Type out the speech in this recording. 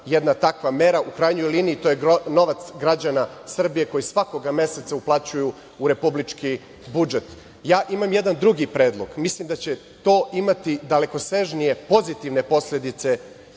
jedan takva mera u krajnjoj liniji, to je novac građana Srbije koji svakoga meseca uplaćuju u republički budžet. Ja imam jedan drugi predlog, mislim da će to imati dalekosežnije pozitivne posledice